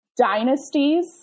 dynasties